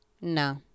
No